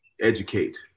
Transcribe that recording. educate